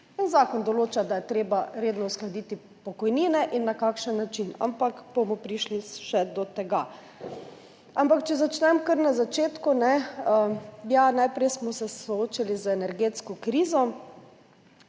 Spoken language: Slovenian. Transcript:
Zakon določa, da je treba redno uskladiti pokojnine in na kakšen način, ampak bomo še prišli do tega. Če začnem kar na začetku. Najprej smo se soočili z energetsko krizo.